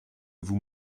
vous